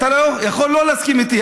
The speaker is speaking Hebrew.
אתה יכול שלא להסכים איתי,